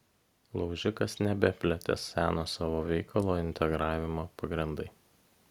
laužikas nebeplėtė seno savo veikalo integravimo pagrindai